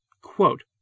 Quote